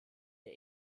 der